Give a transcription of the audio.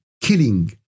killing